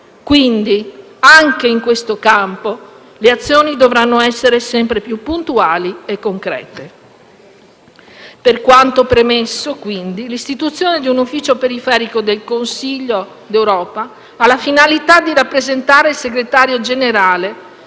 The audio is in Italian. quindi anche in questo campo le azioni dovranno essere sempre più puntuali e concrete. Per quanto premesso, l'istituzione di un Ufficio periferico del Consiglio d'Europa ha la finalità di rappresentare il Segretario generale